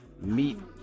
meet